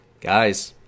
guys